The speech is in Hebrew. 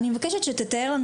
אני מבקשת שתתאר לנו,